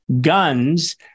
guns